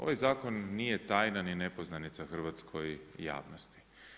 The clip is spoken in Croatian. Ovaj zakon nije tajna ni nepoznanica hrvatskoj javnosti.